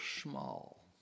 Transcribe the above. small